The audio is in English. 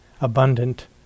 abundant